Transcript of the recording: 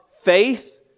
faith